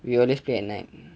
we always play at night